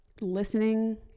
listening